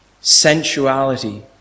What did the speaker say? Sensuality